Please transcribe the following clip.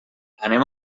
anem